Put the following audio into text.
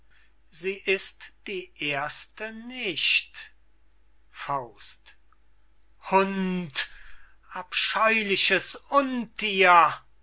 sie ist die erste nicht hund abscheuliches unthier